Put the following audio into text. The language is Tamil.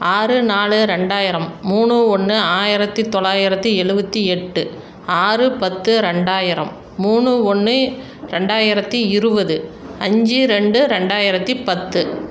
ஆறு நாலு ரெண்டாயிரம் மூணு ஒன்று ஆயிரத்தி தொள்ளாயிரத்தி எழுவத்தி எட்டு ஆறு பத்து ரெண்டாயிரம் மூணு ஒன்று ரெண்டாயிரத்தி இருபது அஞ்சு ரெண்டு ரெண்டாயிரத்தி பத்து